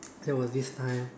there was this time